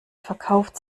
verkauft